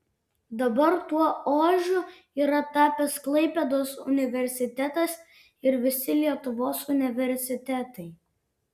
dabar tuo ožiu yra tapęs klaipėdos universitetas ir visi lietuvos universitetai